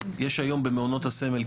יש היום במעונות הסמל,